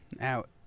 Out